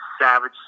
Savage